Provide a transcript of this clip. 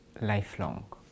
lifelong